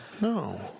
No